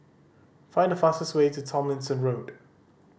find the fastest way to Tomlinson Road